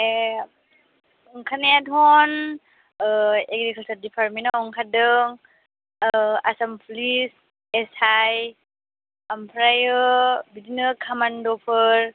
ए ओंखारनायाथन एग्रिकालचार डिपारमेन्टआव ओंखारदों आसाम पुलिस एसआइ ओमफ्रायो बिदिनो कामान्ड'फोर